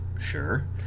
sure